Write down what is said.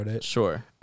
sure